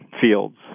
fields